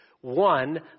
One